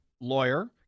lawyer